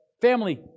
Family